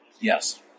yes